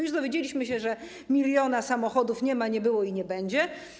Już dowiedzieliśmy się, że 1 mln samochodów nie ma, nie było i nie będzie.